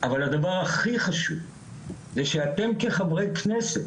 אבל הדבר הכי חשוב זה שאתם כחברי כנסת